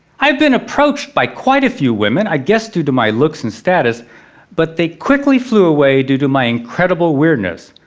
i've been approached by quite a few women i guess due to my looks and status but they quickly flew away due to my incredible weirdness.